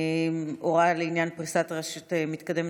הוראה לעניין פריסת רשת מתקדמת,